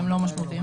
זה לא בנוסח.